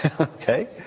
Okay